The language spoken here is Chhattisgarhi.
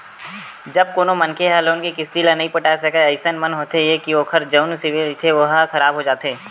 जब कोनो मनखे ह लोन के किस्ती ल नइ पटा सकय अइसन म होथे ये के ओखर जउन सिविल रिहिथे ओहा खराब हो जाथे